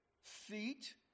feet